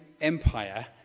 Empire